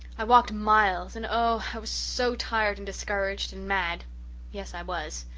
i walked miles, and oh, i was so tired and discouraged and mad yes, i was.